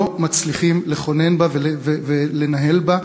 לא מצליחים לכונן בה ולנהל בה,